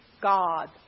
God